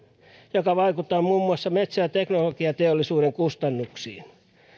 mikä vaikuttaa muun muassa metsä ja teknologiateollisuuden kustannuksiin